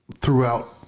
throughout